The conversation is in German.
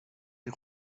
die